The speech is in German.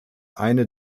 eine